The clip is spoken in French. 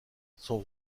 son